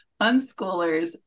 unschoolers